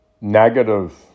negative